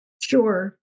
Sure